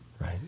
Right